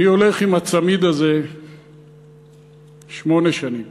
אני הולך עם הצמיד הזה שמונה שנים.